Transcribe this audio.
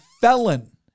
felon